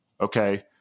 okay